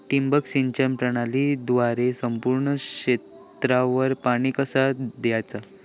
ठिबक सिंचन प्रणालीद्वारे संपूर्ण क्षेत्रावर पाणी कसा दयाचा?